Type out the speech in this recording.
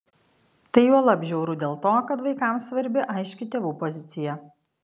tai juolab žiauru dėl to kad vaikams svarbi aiški tėvų pozicija